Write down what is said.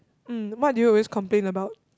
mm what do you always complain about